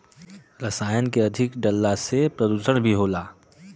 रसायन के अधिक डलला से प्रदुषण भी होला